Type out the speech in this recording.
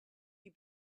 you